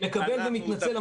מקבל ומתנצל.